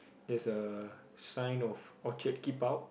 there's a sign of orchard keep out